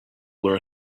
were